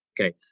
Okay